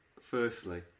Firstly